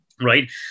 right